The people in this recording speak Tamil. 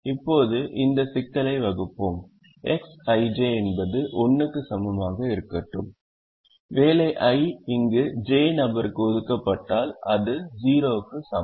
இப்போது இந்த சிக்கலை வகுப்போம் Xij என்பது 1 க்கு சமமாக இருக்கட்டும் வேலை i இங்கு j நபருக்கு ஒதுக்கப்பட்டால் அது 0 க்கு சமம்